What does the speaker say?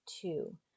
two